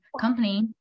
company